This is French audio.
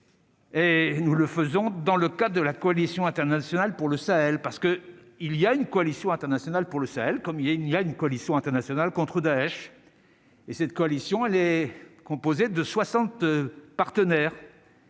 Et nous le faisons dans le cas de la coalition internationale pour le Sahel, parce que il y a une coalition internationale pour le Sahel comme il y a une il y a une coalition internationale contre Daech et cette coalition, elle est composée de 60 partenaires.